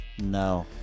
no